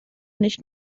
nicht